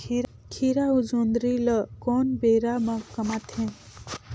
खीरा अउ जोंदरी ल कोन बेरा म कमाथे?